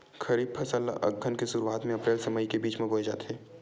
खरीफ फसल ला अघ्घन के शुरुआत में, अप्रेल से मई के बिच में बोए जाथे